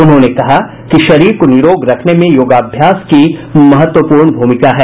उन्होंने कहा कि शरीर को निरोग रखने में योगाभ्यास की महत्वपूर्ण भूमिका है